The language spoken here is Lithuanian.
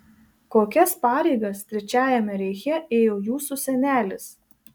kokias pareigas trečiajame reiche ėjo jūsų senelis